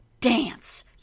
dance